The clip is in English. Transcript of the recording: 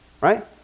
Right